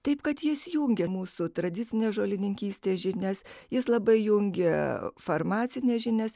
taip kad jis jungia mūsų tradicinės žolininkystės žinias jis labai jungia farmacines žinias